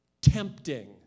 Tempting